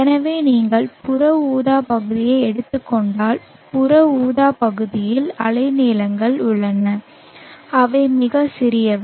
எனவே நீங்கள் புற ஊதா பகுதியை எடுத்துக் கொண்டால் புற ஊதா பகுதியில் அலைநீளங்கள் உள்ளன அவை மிகச் சிறியவை